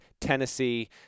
Tennessee